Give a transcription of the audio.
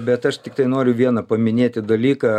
bet aš tiktai noriu vieną paminėti dalyką